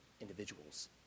individuals